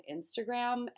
Instagram